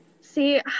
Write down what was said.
See